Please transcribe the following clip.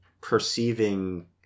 perceiving